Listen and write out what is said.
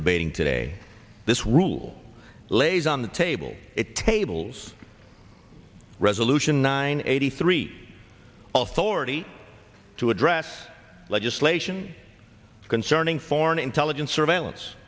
debating today this rule lays on the table it tables resolution nine eighty three also already to address legislation concerning foreign intelligence surveillance